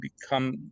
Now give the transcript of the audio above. become